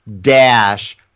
dash